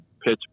pitch